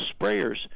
sprayers